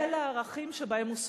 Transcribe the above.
אלה הערכים שבהם הוא סוחר.